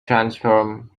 transform